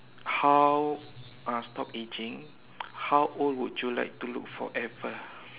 how ah stop aging how old would you like to look forever